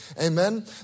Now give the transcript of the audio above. Amen